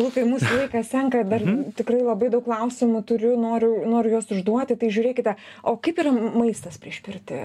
lukai mūsų laikas senka dar tikrai labai daug klausimų turiu noriu noriu juos užduoti tai žiūrėkite o kaip yra m maistas prieš pirtį